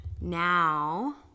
now